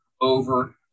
over